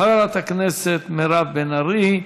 חברת הכנסת מירב בן ארי,